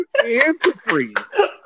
antifreeze